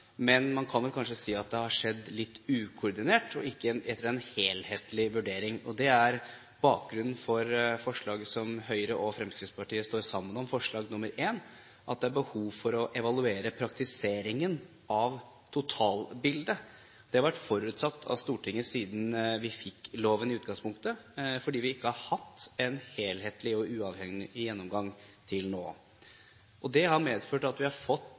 men man kan kanskje si at det har skjedd litt ukoordinert og ikke etter en helhetlig vurdering. Det er bakgrunnen for forslaget som Høyre og Fremskrittspartiet står sammen om, forslag nr. 1, at det er behov for å evaluere praktiseringen av totalbildet. Det har vært forutsatt av Stortinget siden vi fikk loven i utgangspunktet, fordi vi ikke har hatt en helhetlig og uavhengig gjennomgang til nå. Det har medført at vi har fått